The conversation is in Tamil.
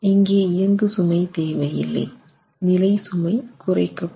இங்கே இயங்கு சுமை தேவையில்லை நிலை சுமை குறைக்கப்படும்